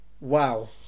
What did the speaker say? Wow